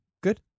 good